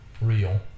real